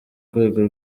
rwego